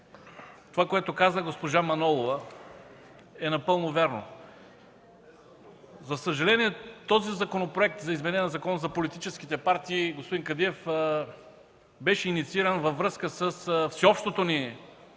това, което каза госпожа Манолова, е напълно вярно. За съжаление Законопроектът за изменение и допълнение на Закона за политическите партии, господин Кадиев, беше иницииран във връзка с всеобщото ни